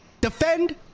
Defend